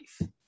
life